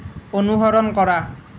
অনুসৰণ কৰা